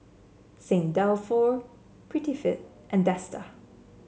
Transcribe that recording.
Saint Dalfour Prettyfit and Dester